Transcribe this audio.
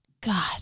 God